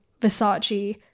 Versace